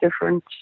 different